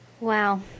Wow